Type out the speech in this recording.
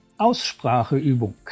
Ausspracheübung